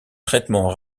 traitement